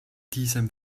diesem